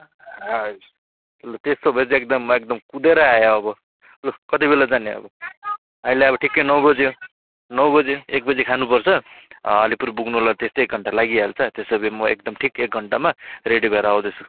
हजुर लु त्यस्तो भए चाहिँ एकदम म एकदम कुदेर आएँ अब लु कतिबेला जाने अब अहिले अब ठिक्कै नौ बज्यो नौ बज्यो एक बजे खानुपर्छ अलिपुर पुग्नुलाई त्यस्तै एक घन्टा लागिहाल्छ त्यसो भए म एकदम ठिक एक घन्टामा रेडी भएर आउँदैछु